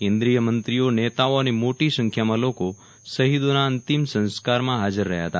કેન્દ્રિય મંત્રીઓ નેતાઓ અને મોર્ટી સંખ્યામાં લોકો શહીદોના અંતિમ સંસ્કારમાં હાજર રહ્યા હતા